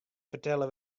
fertelle